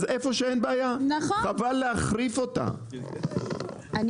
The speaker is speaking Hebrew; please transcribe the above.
אז איפה שאין בעיה חבל להחריף אותה ואין לאוצר תלונות.